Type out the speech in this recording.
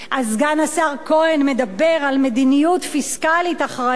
סגן השר כהן מדבר על מדיניות פיסקלית אחראית.